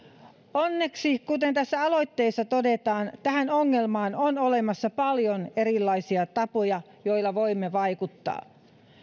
onneksi kuten tässä aloitteessa todetaan tähän ongelmaan on olemassa paljon erilaisia tapoja joilla voimme vaikuttaa